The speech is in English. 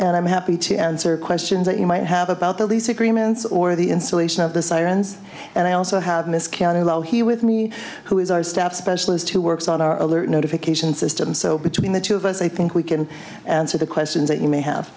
and i'm happy to answer questions that you might have about the lease agreements or the installation of the sirens and i also have miscounted all here with me who is our staff specialist who works on our other notification system so between the two of us i think we can answer the questions that you may have